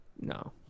No